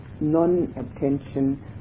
non-attention